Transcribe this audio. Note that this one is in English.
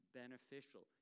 beneficial